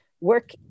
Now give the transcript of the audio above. work